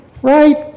right